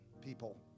people